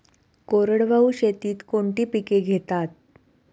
कोरडवाहू शेतीत कोणती पिके घेतात?